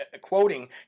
quoting